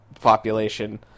population